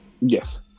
yes